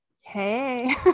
hey